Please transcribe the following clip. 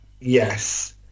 Yes